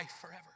forever